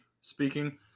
speaking